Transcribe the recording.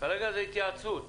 איפה זה כתוב?